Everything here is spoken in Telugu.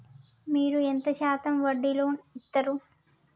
మీరు ఎంత శాతం వడ్డీ లోన్ ఇత్తరు?